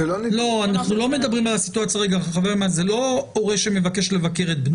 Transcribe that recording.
זה לא הורה שמבקש לבקר את בנו.